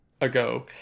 ago